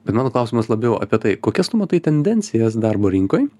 bet mano klausimas labiau apie tai kokias tu matai tendencijas darbo rinkoj